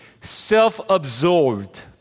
self-absorbed